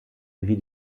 wie